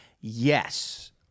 yes